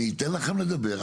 אני אתן לכם לדבר,